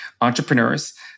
entrepreneurs